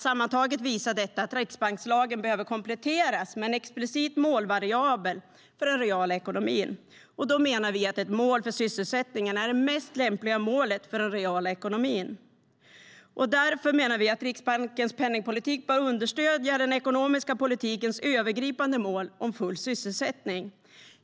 Sammantaget visar detta att riksbankslagen behöver kompletteras med en explicit målvariabel för den reala ekonomin. Vi menar att ett mål för sysselsättningen är det mest lämpliga målet för den reala ekonomin. Riksbankens penningpolitik bör understödja den ekonomiska politikens övergripande mål om full sysselsättning.